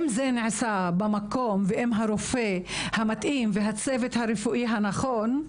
אם זה נעשה במקום ועם הרופא המתאים והצוות הרפואי הנכון,